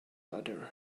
other